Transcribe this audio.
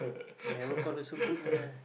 never call also good lah